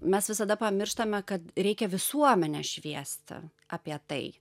mes visada pamirštame kad reikia visuomenę šviesti apie tai